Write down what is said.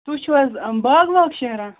تُہۍ چھِو حظ باغ واغ شیران